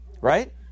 Right